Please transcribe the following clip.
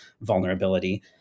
vulnerability